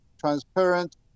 transparent